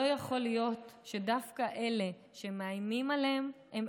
לא יכול להיות שדווקא אלה שמאיימים עליהן הן